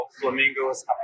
Flamingo's